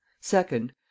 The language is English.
Second